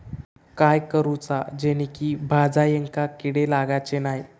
काय करूचा जेणेकी भाजायेंका किडे लागाचे नाय?